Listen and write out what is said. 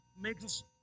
makes